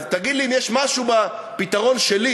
אז תגיד לי אם יש משהו בפתרון שלי,